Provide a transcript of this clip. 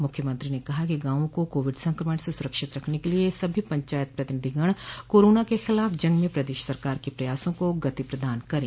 मुख्यमंत्री ने कहा कि गांवों को कोविड संक्रमण से सुरक्षित रखने के लिये सभी पंचायत प्रतिनिधिगण कोरोना के खिलाफ जंग में प्रदेश सरकार के प्रयासों को गति प्रदान करे